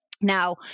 Now